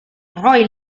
roy